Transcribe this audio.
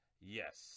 Yes